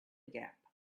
gap